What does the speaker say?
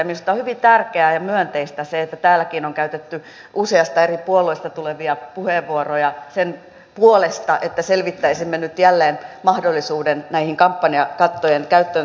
minusta on hyvin tärkeää ja myönteistä se että täälläkin on käytetty useasta eri puolueesta tulevia puheenvuoroja sen puolesta että selvittäisimme nyt jälleen mahdollisuuden kampanjakattojen käyttöön